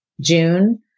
June